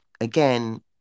again